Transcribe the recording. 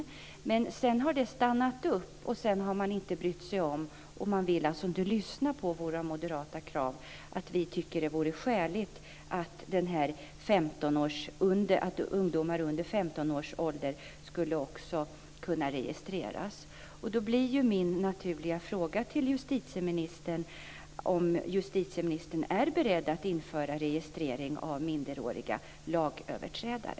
Men sedan har det stannat upp, och man har inte brytt sig om det. Man vill alltså inte lyssna på kraven från moderat håll. Vi tycker att det vore skäligt att ungdomar under 15 års ålder också skulle kunna registreras. Min fråga till justitieministern blir därför om justitieministern är beredd att införa registrering av minderåriga lagöverträdare.